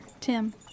Tim